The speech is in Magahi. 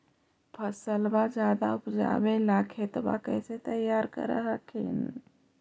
फसलबा ज्यादा उपजाबे ला खेतबा कैसे तैयार कर हखिन?